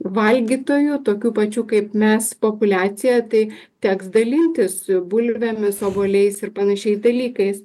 valgytojų tokių pačių kaip mes populiacija tai teks dalintis bulvėmis obuoliais ir panašiais dalykais